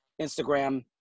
Instagram